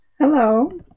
Hello